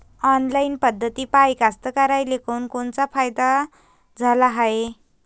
Online पद्धतीपायी कास्तकाराइले कोनकोनचा फायदा झाला हाये?